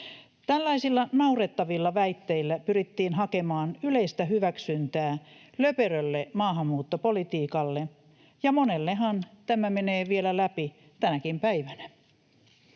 Tällaisilla naurettavilla väitteillä pyrittiin hakemaan yleistä hyväksyntää löperölle maahanmuuttopolitiikalle, ja monellehan tämä menee vielä läpi tänäkin päivänä.